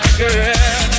girl